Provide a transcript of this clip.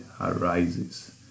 arises